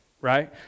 right